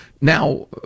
Now